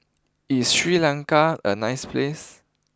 is Sri Lanka a nice place